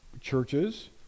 churches